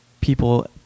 people